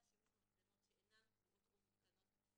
שימוש במצלמות שאינן קבועות או מותקנות,